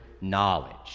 knowledge